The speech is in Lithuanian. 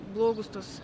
blogus tuos